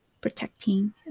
protecting